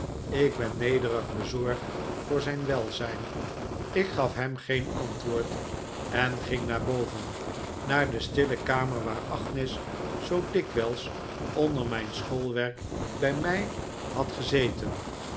ik ben nederig bezorgd voor zijn welzijn ik gaf hem geen antwoord en ging naar boven naar de stille kamer waar agnes zoo dikwijls onder mijn schoolwerk bij mij had gezeten